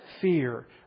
fear